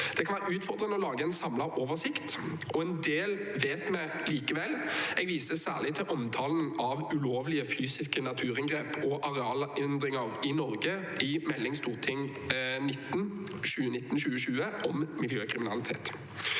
Det kan være utfordrende å lage en samlet oversikt. En del vet vi likevel, og jeg viser særlig til omtalen av ulovlige fysiske naturinngrep og arealendringer i Norge i Meld. St. 19 for 2019–2020, om miljøkriminalitet.